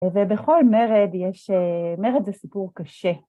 ובכל מרד יש... מרד זה סיפור קשה.